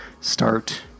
start